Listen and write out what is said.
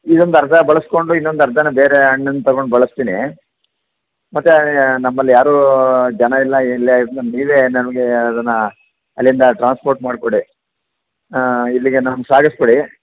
ಇದೊಂದು ಅರ್ಧ ಬಳಸಿಕೊಂಡು ಇನ್ನೊಂದು ಅರ್ಧಾನ ಬೇರೇ ಹಣ್ಣನ್ನ ತಗೊಂಡು ಬಳಸ್ತೀನಿ ಮತ್ತು ನಮ್ಮಲ್ಲಿ ಯಾರೂ ಜನ ಇಲ್ಲ ಏನಿಲ್ಲ ಅದ್ನ ನೀವೇ ನಮಗೆ ಅದನ್ನ ಅಲ್ಲಿಂದ ಟ್ರಾನ್ಸ್ಪೋರ್ಟ್ ಮಾಡಿಕೊಡಿ ಇಲ್ಲಿಗೆ ನಮ್ಗೆ ಸಾಗಿಸಿಕೊಡಿ